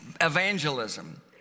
evangelism